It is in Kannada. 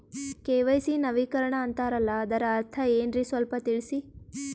ಕೆ.ವೈ.ಸಿ ನವೀಕರಣ ಅಂತಾರಲ್ಲ ಅದರ ಅರ್ಥ ಏನ್ರಿ ಸ್ವಲ್ಪ ತಿಳಸಿ?